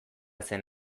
zen